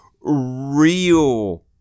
real